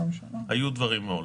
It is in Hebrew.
היו דברים מעולם.